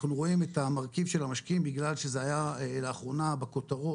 אנחנו רואים את המרכיב של המשקיעים בגלל שזה היה לאחרונה בכותרות